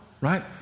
Right